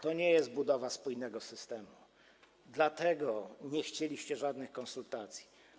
To nie jest budowa spójnego systemu, dlatego nie chcieliście żadnych konsultacji.